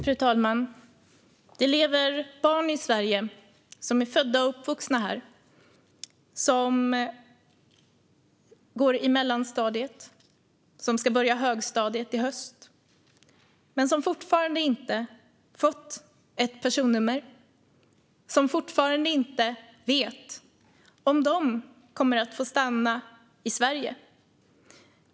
Fru talman! Det lever barn i Sverige som är födda och uppvuxna här och som börjar högstadiet nu men som fortfarande inte fått ett personnummer och som fortfarande inte vet om de kommer att få stanna i Sverige.